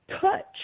touch